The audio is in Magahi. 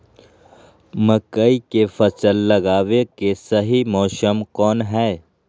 मकई के फसल लगावे के सही मौसम कौन हाय?